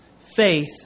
faith